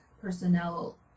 personnel